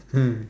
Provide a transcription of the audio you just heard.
hmm